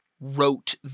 Wrote